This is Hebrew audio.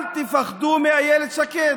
אל תפחדו מאילת שקד.